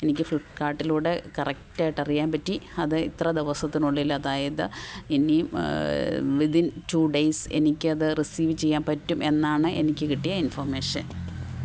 എനിക്ക് ഫ്ലിപ്പ്കാർട്ടിലൂടെ കറക്റ്റ് ആയിട്ട് അറിയാൻ പറ്റി അത് ഇത്ര ദിവസത്തിനുള്ളിൽ അതായത് ഇനിയും വിത്തിന് ടു ഡേയ്സ് എനിക്കത് റിസീവ് ചെയ്യാൻ പറ്റും എന്നാണ് എനിക്ക് കിട്ടിയ ഇന്ഫൊര്മേഷന്